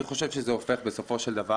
אני חושב שזה הופך בסופו של דבר,